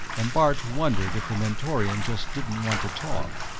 and bart wondered if the mentorian just didn't want to talk.